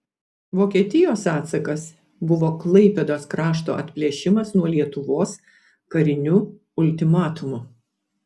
vokietijos atsakas buvo klaipėdos krašto atplėšimas nuo lietuvos kariniu ultimatumu